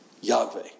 Yahweh